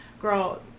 girl